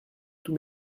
tous